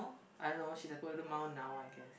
I know she's at Golden Mile now I guess